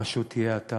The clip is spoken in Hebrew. פשוט תהיה אתה,